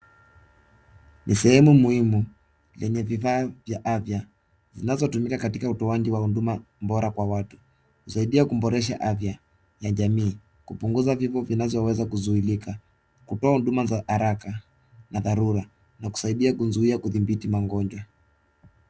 Ni sehemu muhimu yenye vifaa vya afya zinazotumika katika utoaji wa huduma bora kwa watu, husaidia kuboresha afya ya jamii, hupunguza ungonjwa vinavyoweza kuzuilika, kupewa huduma za haraka na dharura na kusaidia kuzuia kudhibiti magonjwa.